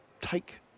take